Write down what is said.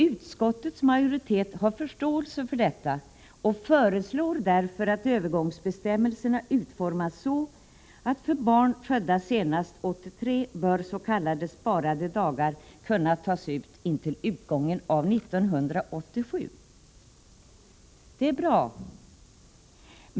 Utskottets majoritet har förståelse för detta och föreslår därför att övergångsbestämmelserna utformas så att för barn födda senast 1983 bör s.k. sparade dagar kunna tas ut intill utgången av 1987. Det är bra.